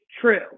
true